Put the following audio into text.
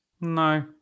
No